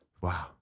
Wow